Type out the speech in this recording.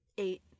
Eight